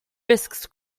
risks